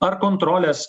ar kontrolės